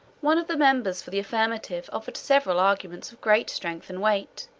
one of the members for the affirmative offered several arguments of great strength and weight,